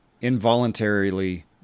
involuntarily